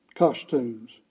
costumes